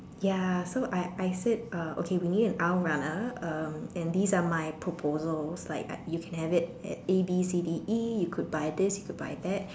ya so I I said uh okay we a need an aisle runner um and this is are my proposals like you can have it at A B C D E you could buy this you could buy that